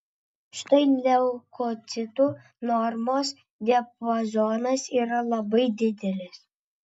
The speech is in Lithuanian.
štai leukocitų normos diapazonas yra labai didelis